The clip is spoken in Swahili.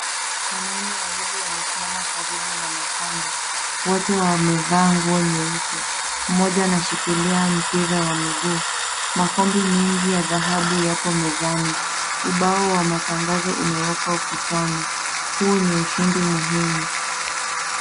Wanaume wawili wamesimama karibu na makombe, wote wamevaa nguo nyeusi mmoja anashikilia mpira wa miguu. Makombe mengi ya dhahabu yapo mezani. Ubao wa matangazo umewekwa ukutani, huu ni ushindi muhimu.